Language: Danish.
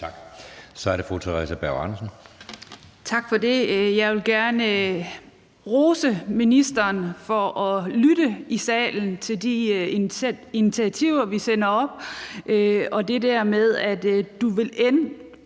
Kl. 16:18 Theresa Berg Andersen (SF): Tak for det. Jeg vil gerne rose ministeren for at lytte i salen til de initiativer, vi sender op, og det der med, at ministeren